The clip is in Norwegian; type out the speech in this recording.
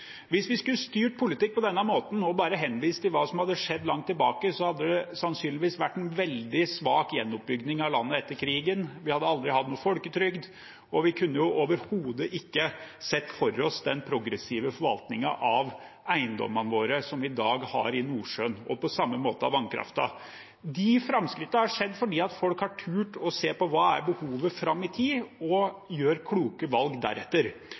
Hvis vi skulle styrt politikk på denne måten og bare henvist til hva som skjedde langt tilbake, hadde det sannsynligvis vært en veldig svak gjenoppbygging av landet etter krigen, vi hadde aldri hatt noen folketrygd, og vi kunne overhodet ikke sett for oss den progressive forvaltningen av eiendommene våre som vi i dag har i Nordsjøen, og på samme måte av vannkraften. De framskrittene har skjedd fordi folk har turt å se på hva som er behovet fram i tid, og man gjør kloke valg